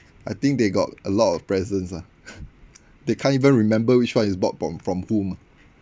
I think they got a lot of presents lah they can't even remember which one is bought from from whom